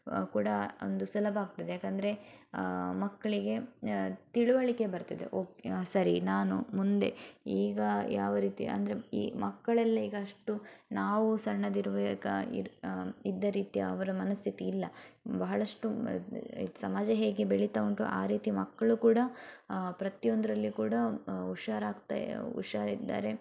ಕೂಡ ಒಂದು ಸುಲಭ ಆಗ್ತದೆ ಯಾಕಂದರೆ ಮಕ್ಕಳಿಗೆ ತಿಳಿವಳಿಕೆ ಬರ್ತದೆ ಓಕ್ ಸರಿ ನಾನು ಮುಂದೆ ಈಗ ಯಾವ ರೀತಿ ಅಂದರೆ ಈ ಮಕ್ಕಳೆಲ್ಲ ಈಗ ಅಷ್ಟು ನಾವು ಸಣ್ಣದಿರುವೇಕ್ಕ ಇರ್ ಇದ್ದ ರೀತಿ ಅವರ ಮನಸ್ಥಿತಿ ಇಲ್ಲ ಬಹಳಷ್ಟು ಸಮಾಜ ಹೇಗೆ ಬೆಳಿತ ಉಂಟು ಆ ರೀತಿ ಮಕ್ಕಳು ಕೂಡ ಪ್ರತಿಯೊಂದ್ರಲ್ಲಿ ಕೂಡ ಹುಷಾರಾಗ್ತ ಹುಷಾರಿದ್ದಾರೆ